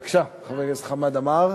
בבקשה, חבר הכנסת חמד עמאר.